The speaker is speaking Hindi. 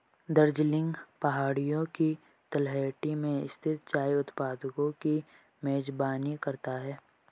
दार्जिलिंग पहाड़ियों की तलहटी में स्थित चाय उत्पादकों की मेजबानी करता है